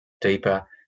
deeper